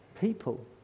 People